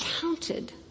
counted